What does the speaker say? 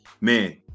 man